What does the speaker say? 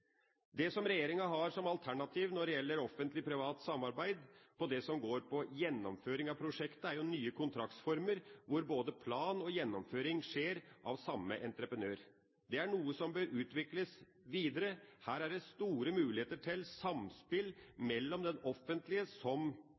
billigste. Det regjeringa har som alternativ når det gjelder Offentlig Privat Samarbeid til det som går på gjennomføring av prosjekt, er nye kontraktsformer hvor både planlegging og gjennomføring skjer ved samme entreprenør. Det er noe som bør utvikles videre. Her er det store muligheter til samspill mellom den offentlige planlegger, som